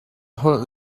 holh